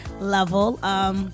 level